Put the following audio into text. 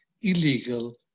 illegal